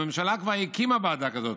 הממשלה כבר הקימה ועדה כזאת,